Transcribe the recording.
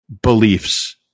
beliefs